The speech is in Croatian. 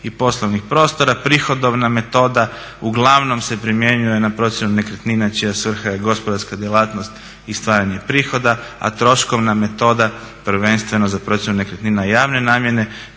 i poslovnih prostora. Prihodovna metoda uglavnom se primjenjuje na procjenu nekretnina čija svrha je gospodarska djelatnost i stvaranje prihoda, a troškovna metoda prvenstveno za procjenu nekretnina javne namjene,